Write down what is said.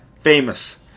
famous